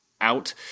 out